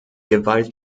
gewalt